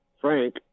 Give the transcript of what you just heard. Frank